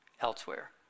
elsewhere